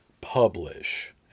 publish